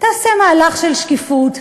תעשה מהלך של שקיפות,